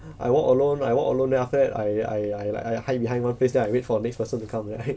I walk alone I walk alone then after that I I like I hide behind one place then I wait for next person to come right